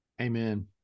Amen